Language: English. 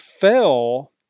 fell